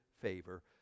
favor